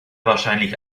wahrscheinlich